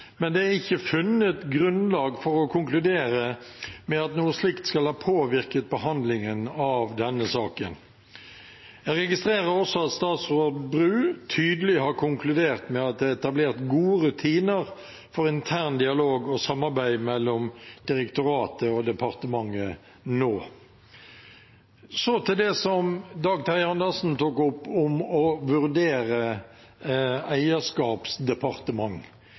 men det er ikke funnet grunnlag for å konkludere med at noe slikt skal ha påvirket behandlingen av denne saken. Jeg registrerer også at statsråd Bru tydelig har konkludert med at det er etablert gode rutiner for intern dialog og samarbeid mellom direktoratet og departementet nå. Så til det som Dag Terje Andersen tok opp, om å vurdere et eierskapsdepartement: